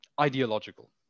ideological